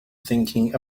thinking